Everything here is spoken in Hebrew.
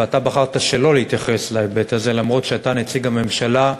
ואתה בחרת שלא להתייחס להיבט הזה אף שאתה נציג הממשלה,